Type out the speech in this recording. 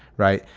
right.